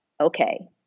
okay